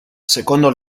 secondo